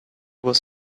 was